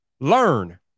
Learn